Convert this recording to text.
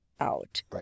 out